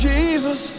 Jesus